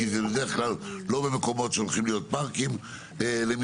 כי זה בדרך כלל לא במקומות שהולכים להיות פארקים למיניהם.